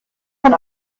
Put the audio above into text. von